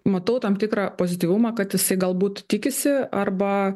matau tam tikrą pozityvumą kad jisai galbūt tikisi arba